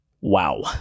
Wow